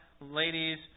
ladies